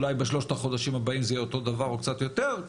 אולי בשלושת החודשים הבאים זה יהיה אותו דבר או קצת יותר.